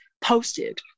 posted